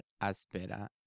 Aspera